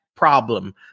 Problem